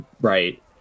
right